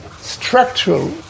structural